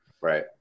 Right